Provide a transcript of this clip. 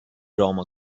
drama